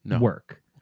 work